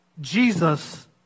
Jesus